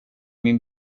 min